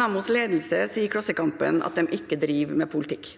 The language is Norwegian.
Nammos ledelse sier i Klassekampen at de ikke driver med politikk.